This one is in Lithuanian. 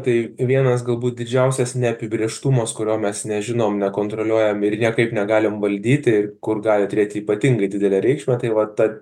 tai vienas galbūt didžiausias neapibrėžtumas kurio mes nežinom nekontroliuojam ir niekaip negalim valdyti ir kur gali turėt ypatingai didelę reikšmę tai va ta